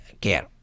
care